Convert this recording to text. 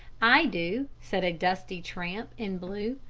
i do, said a dusty tramp in blue.